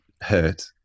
hurt